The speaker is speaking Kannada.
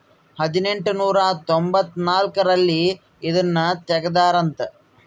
ಹದಿನೆಂಟನೂರ ತೊಂಭತ್ತ ನಾಲ್ಕ್ ರಲ್ಲಿ ಇದುನ ತೆಗ್ದಾರ ಅಂತ